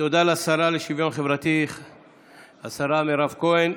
תודה לשרה לשוויון חברתי השרה מירב כהן.